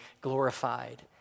glorified